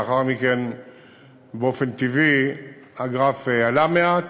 ולאחר מכן באופן טבעי הגרף עלה מעט.